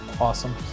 Awesome